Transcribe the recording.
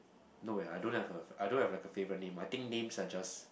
no eh I don't have a I don't have like a favourite name I think names are just